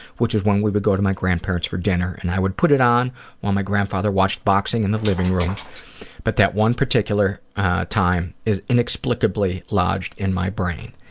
which is when we would go to my grandparents' for dinner and i would put it on while my grandfather watched boxing in the living room but that one particular time is inexplicably lodged in my brain.